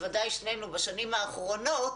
בוודאי שנינו, בשנים האחרונות,